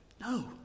No